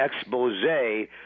expose